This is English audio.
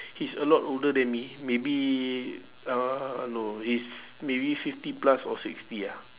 he's a lot older than me maybe uh no he's maybe fifty plus or sixty ah